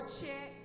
check